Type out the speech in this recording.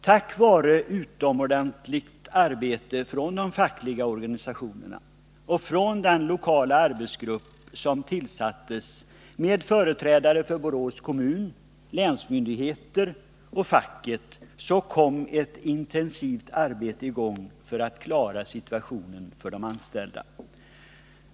Tack vare ett utomordentligt arbete från de fackliga organisationerna och från den lokala arbetsgrupp som tillsattes med företrädare för Borås kommun, länsmyndigheter och facket, kom ett intensivt arbete i gång för att försöka rädda situationen för de anställda.